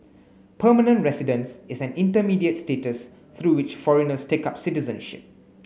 permanent residence is an intermediate status through which foreigners take up citizenship